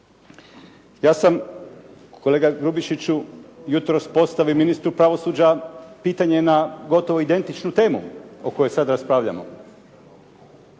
Ja sam, kolega Grubišiću, jutros postavio ministru pravosuđa pitanje na gotovo identičnu temu o kojoj sad raspravljamo.